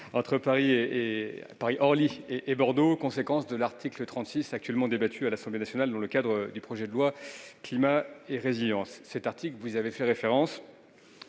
entre Paris-Orly et Bordeaux, conséquence de l'article 36 actuellement débattu à l'Assemblée nationale dans le cadre du projet de loi Climat et résilience. Cet article, vous y avez fait référence,